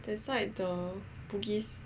that side the Bugis